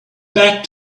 back